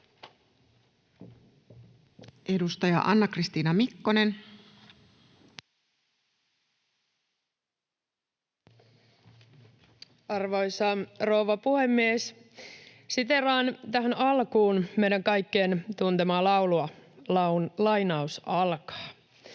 Edustaja Anna-Kristiina Mikkonen. Arvoisa rouva puhemies! Siteeraan tähän alkuun meidän kaikkien tuntemaa laulua: ”Ihmisiä